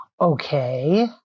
okay